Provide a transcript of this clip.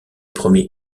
premiers